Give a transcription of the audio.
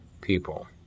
people